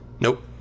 Nope